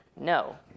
No